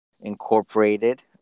incorporated